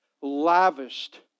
lavished